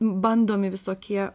bandomi visokie